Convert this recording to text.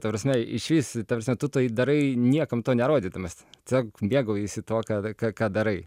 ta prasme iš vis ta prasme tu tai darai niekam to nerodydamas tiesiog mėgaujiesi tuo ką ką ką darai